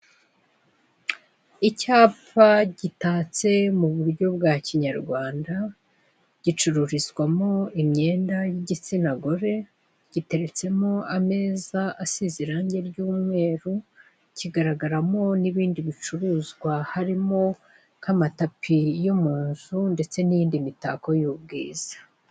Icyapa gitatse mu buryo bea kinyarwanda gicurizwamo imyenda y'igitsina gore giteretsemo ameza asize irange ry'umweru, kigaragaramo n'ibindi bicuruzwa harimo nk'amatapi yo mu nzu ndetse n'yindi mitako y'ubwiza